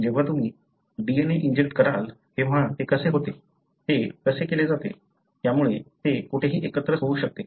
जेव्हा तुम्ही DNA inject कराल तेव्हा ते कसे होते ते कसे केले जाते त्यामुळे ते कुठेही एकत्रित होऊ शकते